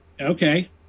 Okay